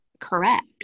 correct